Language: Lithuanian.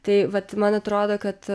tai vat man atrodo kad